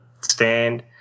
stand